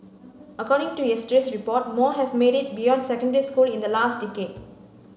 according to yesterday's report more have made it beyond secondary school in the last decade